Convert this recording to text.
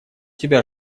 тебя